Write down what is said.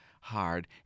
hard